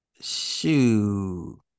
Shoot